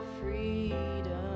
freedom